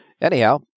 Anyhow